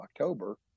October